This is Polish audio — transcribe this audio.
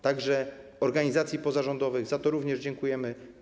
Także pomoc organizacji pozarządowych, za to również dziękujemy.